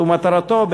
ומטרתו,